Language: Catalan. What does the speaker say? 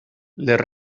les